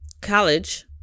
college